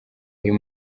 uyu